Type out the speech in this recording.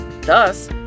Thus